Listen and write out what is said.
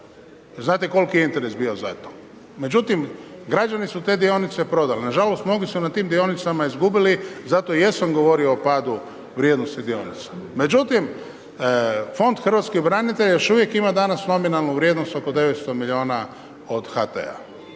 znate koliki je interes bio za to. Međutim, građani su te dionice prodali, nažalost, mnogi su na tim dionicama izgubili, zato i jesam govorio o padu vrijednosti dionica. Međutim, Fond hrvatskih branitelja još uvijek ima danas nominalnu vrijednost oko 900 milijuna od HT-a.